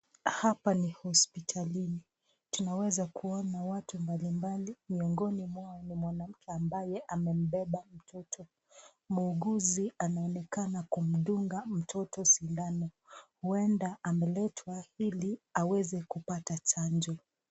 Hapa ni hospitalini , tunaweza kuona watu mbalimbali miongoni mwao ni mwanamke ambaye amembeba mtoto . Muuguzi anaonekana kumdunga mtoto sindano . Huenda ameletwa ili aweze kupata chanjo.